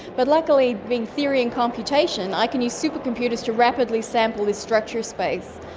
but luckily being theory and computation i can use supercomputers to rapidly sample this structure space,